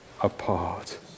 apart